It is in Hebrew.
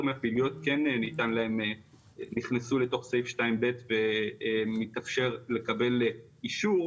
מהפעילויות כן ניתנה להם כניסה לתוך סעיף 2/ב' ומתאפשר לקבל אישור,